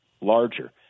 larger